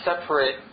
separate